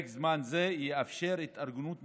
פרק זמן זה יאפשר התארגנות מחודשת,